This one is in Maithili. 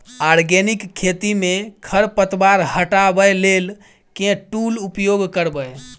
आर्गेनिक खेती मे खरपतवार हटाबै लेल केँ टूल उपयोग करबै?